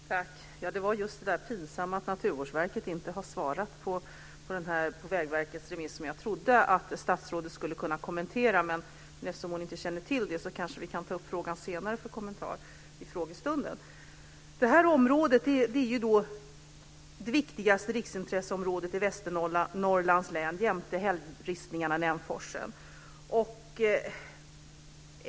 Fru talman! Det var just det där pinsamma att Naturvårdsverket inte har svarat på Vägverkets remiss som jag trodde att statsrådet skulle kunna kommentera, men eftersom hon inte känner till detta kanske vi kan ta upp frågan för en kommentar senare i frågestunden. Det här området är det viktigaste riksintresseområdet i Västernorrlands län jämte hällristningarna i Nämforsen.